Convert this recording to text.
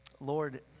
Lord